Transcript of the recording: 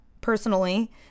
personally